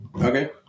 Okay